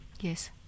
yes